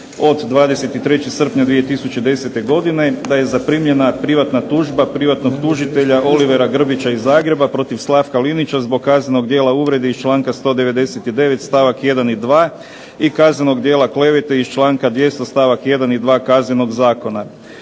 od 23. srpnja 2010. godine da je zaprimljena privatna tužba privatnog tužitelja Olivera Grbića iz Zagreba protiv Slavka Linića zbog kaznenog djela uvrede iz članka 199. stavak 1. i 2. i kaznenog djela klevete iz članka 200. stavak 1. i 2. Kaznenog zakona.